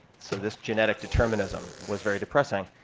so this genetic determinism was very depressing.